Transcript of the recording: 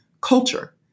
culture